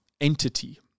entity